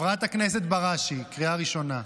חברת הכנסת בראשי, קריאה ראשונה.